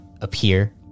appear